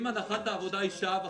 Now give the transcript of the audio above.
אם הנחת העבודה היא שעה וחצי,